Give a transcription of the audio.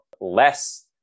less